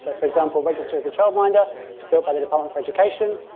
ah for example, register as a childminder is built by the department for education.